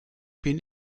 bin